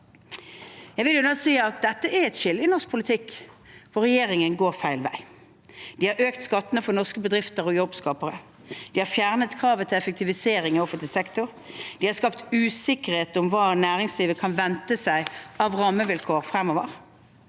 Jeg vil si at dette er et skille i norsk politikk, hvor regjeringen går feil vei. De har økt skattene for norske bedrifter og jobbskapere, de har fjernet kravet til effektivisering av offentlig sektor, og de har skapt usikkerhet om hva næringslivet kan vente seg av rammevilkår fremover.